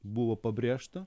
buvo pabrėžta